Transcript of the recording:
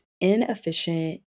inefficient